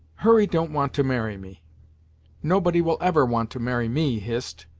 hurry don't want to marry me nobody will ever want to marry me, hist.